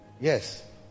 Yes